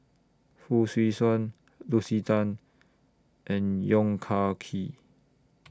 Fong Swee Suan Lucy Tan and Yong Kah Kee